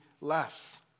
less